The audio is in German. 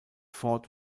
ford